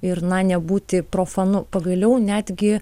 ir na nebūti profanu pagaliau netgi